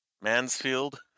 Mansfield